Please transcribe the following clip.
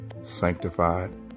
sanctified